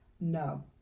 No